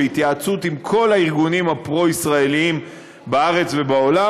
בהתייעצות עם כל הארגונים הפרו-ישראליים בארץ ובעולם,